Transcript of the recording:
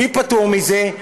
מי פטור מזה?